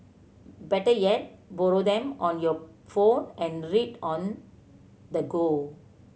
better yet borrow them on your phone and read on the go